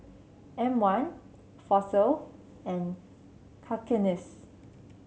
M one Fossil and Cakenis